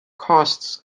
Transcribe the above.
costs